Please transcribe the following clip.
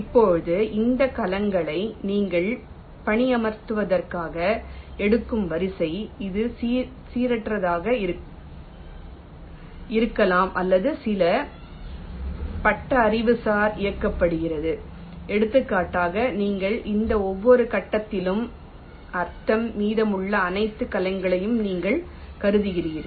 இப்போது இந்த கலங்களை நீங்கள் பணியமர்த்துவதற்காக எடுக்கும் வரிசை இது சீரற்றதாக இருக்கலாம் அல்லது சில பட்டறிவுசார் இயக்கப்படுகிறது எடுத்துக்காட்டாக நீங்கள் இருந்த ஒவ்வொரு கட்டத்திலும் அர்த்தம் மீதமுள்ள அனைத்து கலங்களையும் நீங்கள் கருதுகிறீர்கள்